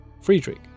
Friedrich